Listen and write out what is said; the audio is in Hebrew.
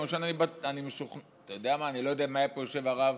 אני לא יודע, אם היה יושב פה הרב